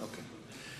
אוקיי.